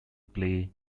play